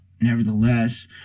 Nevertheless